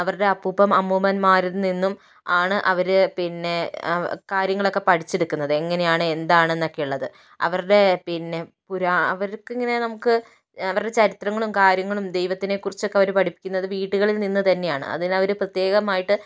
അവരുടെ അപ്പൂപ്പൻ അമ്മൂമ്മൻമാരിൽ നിന്നും ആണ് അവർ പിന്നെ കാര്യങ്ങളൊക്കെ പഠിച്ചു എടുക്കുന്നത് എങ്ങനെയാണ് എന്താണെന്നൊക്കെയുള്ളത് അവരുടെ പിന്നെ അവർക്കിങ്ങനെ നമുക്ക് അവരുടെ ചരിത്രങ്ങളും കാര്യങ്ങളും ദൈവത്തിനെക്കുറിച്ചൊക്കെ അവർ പഠിക്കുന്നത് വീട്ടുകളിൽ നിന്ന് തന്നെയാണ് അതിന് അവർ പ്രത്യേകമായിട്ട്